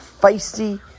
feisty